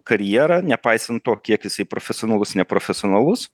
karjerą nepaisant to kiek jisai profesionalus neprofesionalus